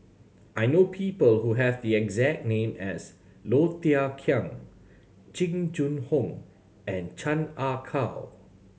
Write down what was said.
I know people who have the exact name as Low Thia Khiang Jing Jun Hong and Chan Ah Kow